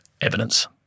evidence